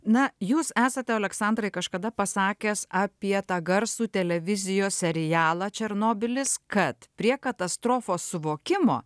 na jūs esate oleksandrai kažkada pasakęs apie tą garsų televizijos serialą černobylis kad prie katastrofos suvokimo